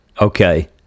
Okay